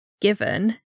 given